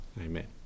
Amen